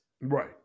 Right